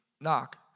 knock